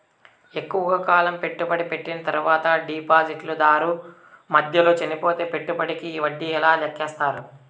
ఎక్కువగా కాలం పెట్టుబడి పెట్టిన తర్వాత డిపాజిట్లు దారు మధ్యలో చనిపోతే పెట్టుబడికి వడ్డీ ఎలా లెక్కిస్తారు?